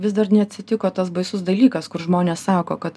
vis dar neatsitiko tas baisus dalykas kur žmonės sako kad